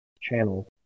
channel